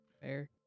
Fair